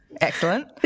Excellent